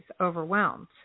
overwhelmed